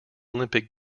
olympic